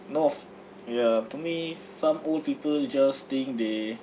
no of~ ya to me some old people just think they